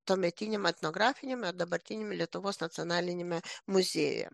tuometiniame etnografiniame dabartiniame lietuvos nacionaliniame muziejuje